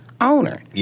owner